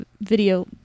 video